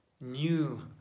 new